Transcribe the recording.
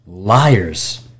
Liars